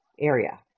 area